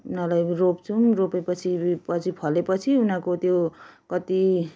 यिनीहरूलाई रोप्छौँ रोपे पछि पछि फले पछि उनीहरूको त्यो कति